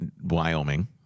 Wyoming